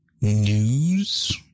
news